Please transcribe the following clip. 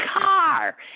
car